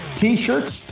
t-shirts